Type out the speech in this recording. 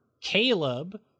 Caleb